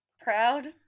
proud